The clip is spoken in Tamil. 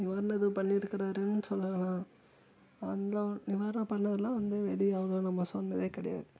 நிவாரணம் இது பண்ணிருக்காருன்னு சொல்லலாம் அதெலாம் நிவாரண பண்ணதெல்லாம் வந்து வெளியே அவர் நம்ம சொன்னதே கிடையாது